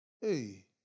Hey